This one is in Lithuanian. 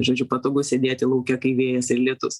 žodžiu patogu sėdėti lauke kai vėjas ir lietus